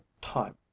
time